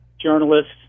journalists